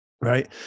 right